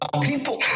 people